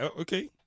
Okay